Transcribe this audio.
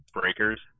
breakers